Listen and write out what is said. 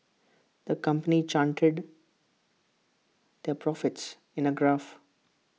the company charted their profits in A graph